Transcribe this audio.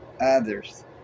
others